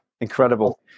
incredible